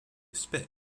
spit